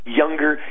younger